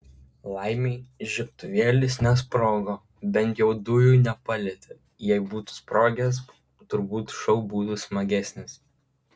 laimei žiebtuvėlis nesprogo bent jau dujų nepalietė jei būtų sprogęs turbūt šou būtų smagesnis